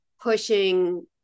pushing